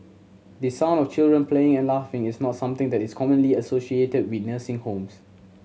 the sound of children playing and laughing is not something that is commonly associated with nursing homes